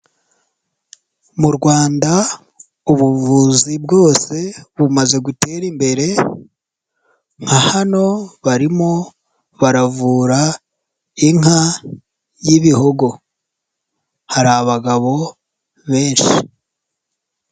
Mu Rwanda, ubuvuzi bwose bumaze gutera imbere, nka hano barimo baravura inka y'ibihogo. Hari abagabo benshi.